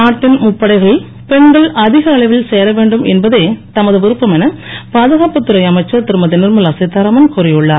நாட்டின் முப்படைகளில் பெண்கள் அதிக அளவில் சேர வேண்டும் என்பதே தமது விருப்பம் என பாதுகாப்புத் துறை அமைச்சர் திருமதி நிர்மலா சிதாராமன் கூறியுன்னார்